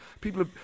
people